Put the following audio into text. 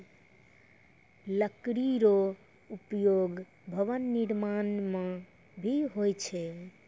लकड़ी रो उपयोग भवन निर्माण म भी होय छै